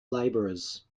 labourers